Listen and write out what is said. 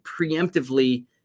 preemptively